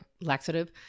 laxative